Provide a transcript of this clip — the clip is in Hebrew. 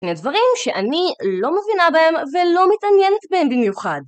דברים שאני לא מבינה בהם ולא מתעניינת בהם במיוחד